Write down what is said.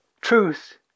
Truth